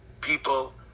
people